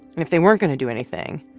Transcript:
and if they weren't going to do anything,